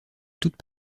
toute